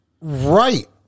Right